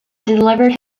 delivered